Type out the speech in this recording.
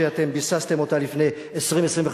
שאתם ביססתם אותה לפני 20 25 שנה,